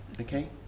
okay